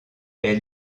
est